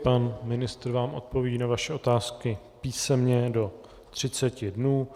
Pan ministr vám odpoví na vaše otázky písemně do 30 dnů.